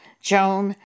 Joan